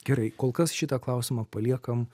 gerai kol kas šitą klausimą paliekam